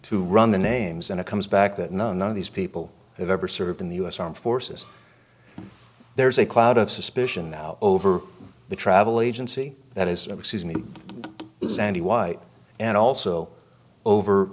to run the names and it comes back that none of these people have ever served in the u s armed forces there is a cloud of suspicion now over the travel agency that is overseas me sandy white and